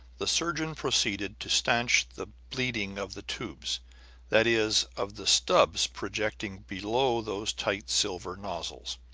the surgeon proceeded to stanch the bleeding of the tubes that is, of the stubs projecting below those tight silver nozzles.